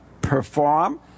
perform